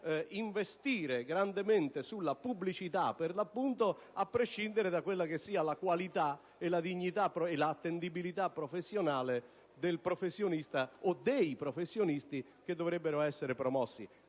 investire grandemente sulla pubblicità per l'appunto, a prescindere dalla qualità, dalla dignità e dall'attendibilità professionale del professionista o dei professionisti che dovrebbero essere promossi.